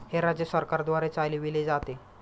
हे राज्य सरकारद्वारे चालविले जाते